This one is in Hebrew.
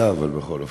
תודה, אבל, בכל אופן.